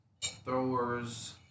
throwers